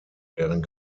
deren